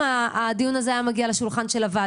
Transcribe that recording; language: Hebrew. אני לא יודעת כמה הדיון הזה היה מגיע לשולחן הוועדה.